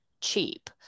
cheap